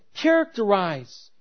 characterize